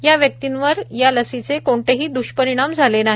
या व्यक्तीवर या लसीचे कोणतेही द्ष्परिणाम झाले नाही